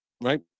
right